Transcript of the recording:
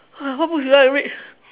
what books you like to read